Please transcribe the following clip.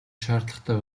шаардлагатай